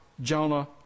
Jonah